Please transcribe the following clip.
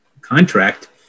contract